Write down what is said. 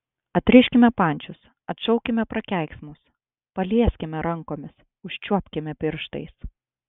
atriškime pančius atšaukime prakeiksmus palieskime rankomis užčiuopkime pirštais